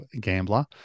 gambler